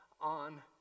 on